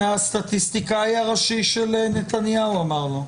הסטטיסטיקאי הראשי של נתניהו אמר לו.